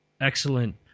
Excellent